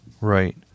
Right